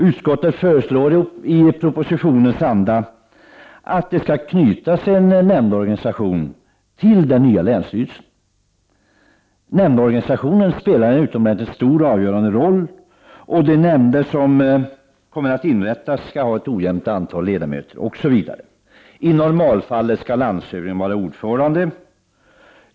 Utskottet föreslår i propositionens anda att det skall knytas en nämndorganisation till den nya länsstyrelsen. Nämndorganisationen spelar en utomordentligt stor och avgörande roll. De nämnder som kommer att inrättas skall ha ett ojämnt antal ledamöter, osv. I normalfallet skall landshövdingen vara ordförande.